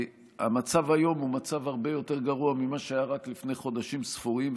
המצב היום הוא הרבה יותר גרוע ממה שהיה רק לפני חודשים ספורים.